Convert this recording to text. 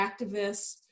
activists